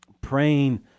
praying